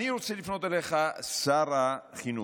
אני רוצה לפנות אליך, שר החינוך,